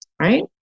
right